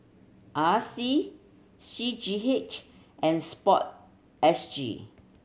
R C C G H and Sport S G